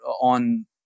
on